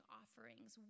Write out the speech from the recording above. offerings